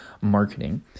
marketing